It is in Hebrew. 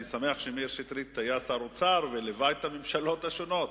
אני שמח שמאיר שטרית היה שר האוצר וליווה את הממשלות השונות.